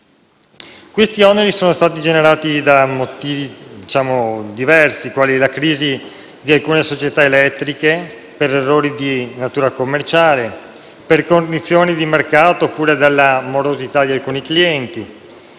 Questi oneri sono stati generati da motivi diversi, quali la crisi di alcune società elettriche, errori di natura commerciale, condizioni di mercato, oppure dalla morosità di alcuni clienti.